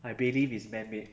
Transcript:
I believe it is man-made